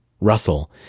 Russell